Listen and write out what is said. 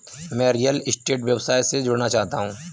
मैं real estate व्यवसाय से जुड़ना चाहता हूँ